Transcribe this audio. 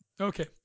Okay